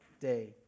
day